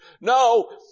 No